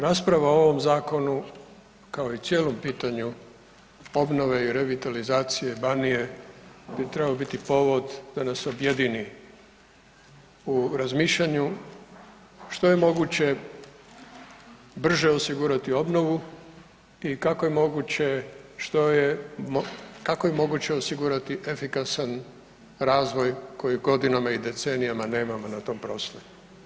Rasprava o ovom zakonu kao i cijelom pitanju obnove i revitalizacije Banije bi trebao biti povod da nas objedini u razmišljanju što je moguće brže osigurati obnovu i kako je moguće osigurati efikasan razvoj koji godinama i decenijama nemamo na tom prostoru.